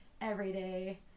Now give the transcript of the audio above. everyday